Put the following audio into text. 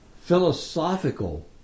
philosophical